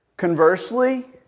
conversely